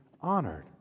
honored